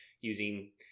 using